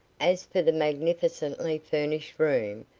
as for the magnificently furnished room,